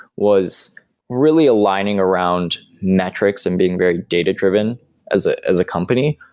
was really aligning around metrics and being very data-driven as ah as a company.